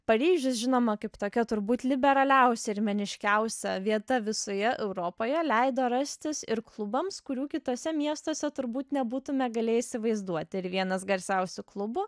paryžius žinoma kaip tokia turbūt liberaliausia ir meniškiausia vieta visoje europoje leido rastis ir klubams kurių kituose miestuose turbūt nebūtume galėję įsivaizduoti ir vienas garsiausių klubų